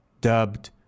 dubbed